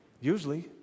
usually